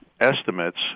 estimates